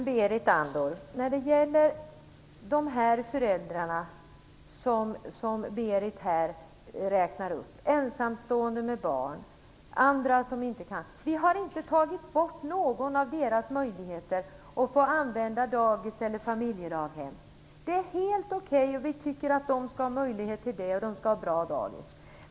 Fru talman! Berit Andnor räknar upp ensamstående föräldrar med barn osv. Vi har inte tagit bort någon av deras möjligheter att använda dagis eller familjedaghem. Det är helt okej. Vi tycker att de skall ha möjlighet till det och att dagisen skall vara bra.